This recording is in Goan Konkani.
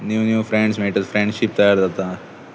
नीव नीव फ्रेंड्स मेळटात फ्रेंडशीप तयार जाता